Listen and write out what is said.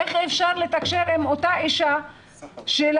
איך אפשר לתקשר עם אותה אישה שלילד